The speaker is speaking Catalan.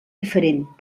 diferent